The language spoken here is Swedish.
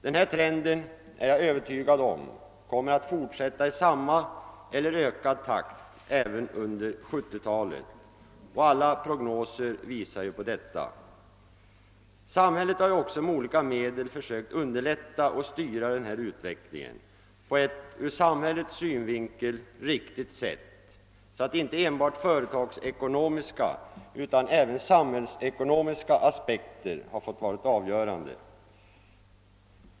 Jag är övertygad om att denna trend kommer att fortsätta i samma eller ökad takt även under 1970-talet. Alla prognoser tyder på detta. Samhället har ju också med olika medel sökt underlätta och styra denna utveckling på ett ur samhällets synvinkel riktigt sätt, så att inte enbart företagsekonomiska utan även samhällsekonomiska aspekter har fått vara avgörande.